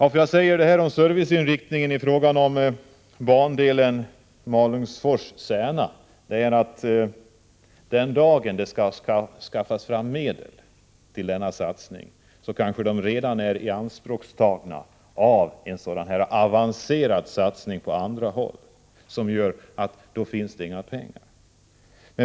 Att jag nämner serviceinriktningen i samband med frågan om bandelen Malungsfors-Sälen-Särna beror på att den dag då det skall skaffas fram medel till denna bandel kanske pengarna redan är ianspråktagna för en sådan här avancerad satsning på annat håll, och då finns det inga pengar till denna bandel.